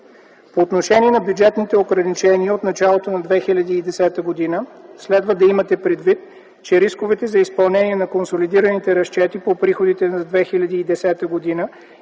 По отношение на бюджетните ограничения от началото на 2010 г. следва да имате предвид, че рисковете за изпълнение на консолидираните разчети по приходите за 2010 г. и